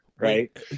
right